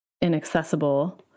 inaccessible